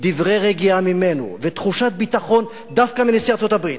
דברי רגיעה ממנו ותחושת ביטחון דווקא מנשיא ארצות-הברית